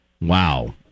Wow